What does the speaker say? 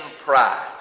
pride